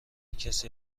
کسی